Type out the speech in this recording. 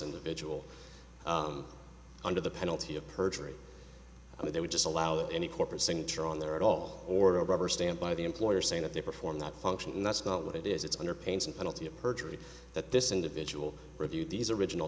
individual under the penalty of perjury and they would just allow that any corporate sing to her on their at all or a rubber stamp by the employer saying that they perform that function and that's not what it is it's under pains and penalty of perjury that this individual reviewed these original